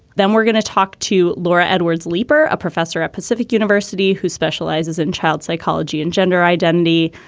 then we're going to talk to laura edwards leeper a professor at pacific university who specializes in child psychology and gender identity.